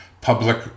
Public